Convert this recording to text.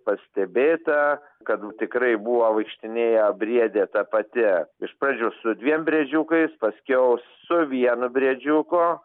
pastebėta kad tikrai buvo vaikštinėję briedė ta pati iš pradžių su dviem briedžiukais paskiau su vienu briedžiuku